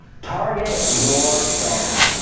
target your fans.